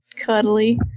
cuddly